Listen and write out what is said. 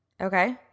okay